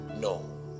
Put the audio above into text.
no